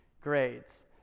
grades